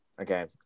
Okay